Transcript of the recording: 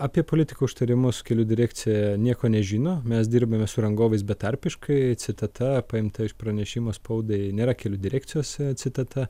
apie politikų užtarimus kelių direkcija nieko nežino mes dirbame su rangovais betarpiškai citata paimta iš pranešimo spaudai nėra kelių direkcijos citata